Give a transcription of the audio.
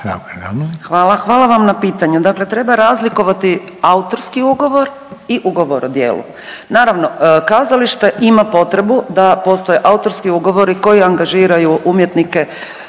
Hvala vam na pitanju. Dakle, treba razlikovati autorski ugovor i ugovor o djelu, naravno kazalište ima potrebu da postoje autorski ugovori koji angažiraju umjetnike